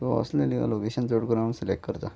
so असलेली location चड करून हांव सिलॅक्ट करतां